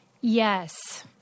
Yes